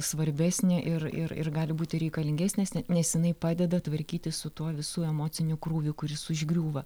svarbesnė ir ir ir gali būti reikalingesnės nes jinai padeda tvarkytis su tuo visu emociniu krūviu kuris užgriūva